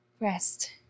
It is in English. rest